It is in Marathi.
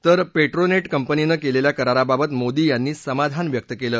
तर पेट्रोनेट कंपनीनं केलेल्या कराराबाबत मोदी यांनी समाधान व्यक्त केलं